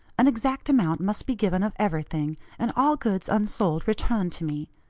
an exact account must be given of everything, and all goods unsold returned to me.